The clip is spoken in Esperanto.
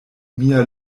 mia